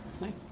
Nice